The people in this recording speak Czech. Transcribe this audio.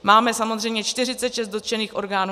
Máme samozřejmě 46 dotčených orgánů.